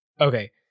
Okay